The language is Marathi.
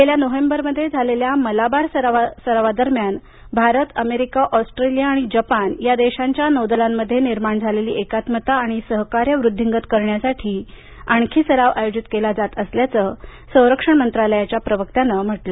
गेल्या नोव्हेंबरमध्ये मलाबार सरावादरम्यान भारत अमेरिका ऑस्ट्रेलिया आणि जपान या देशांच्या नौदलांमध्ये निर्माण झालेली एकात्मता आणि सहकार्य वृद्धींगत करण्यासाठी आणखी सराव आयोजित केला जात असल्याचं संरक्षण मंत्रालयाच्या प्रवक्त्यानं सांगितलं